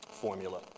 formula